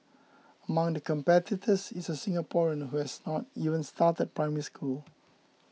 among the competitors is a Singaporean who has not even started Primary School